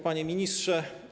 Panie Ministrze!